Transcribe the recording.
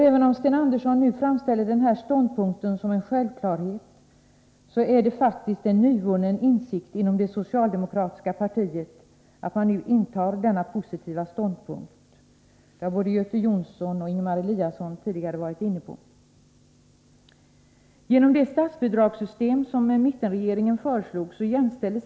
Även om Sten Andersson nu framställer denna ståndpunkt som en självklarhet, är det faktiskt en nyvunnen insikt inom det socialdemokratiska partiet att man nu intar denna positiva attityd. Det har både Göte Jonsson och Ingemar Eliasson tidigare varit inne på.